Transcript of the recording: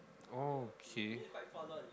oh K